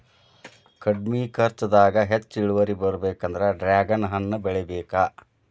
ಕಡ್ಮಿ ಕರ್ಚದಾಗ ಹೆಚ್ಚ ಇಳುವರಿ ಬರ್ಬೇಕಂದ್ರ ಡ್ರ್ಯಾಗನ್ ಹಣ್ಣ ಬೆಳಿಬೇಕ